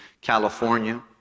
California